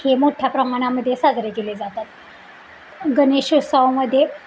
हे मोठ्या प्रमाणामध्ये साजरे केले जातात गणेश उत्सावामध्ये